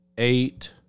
eight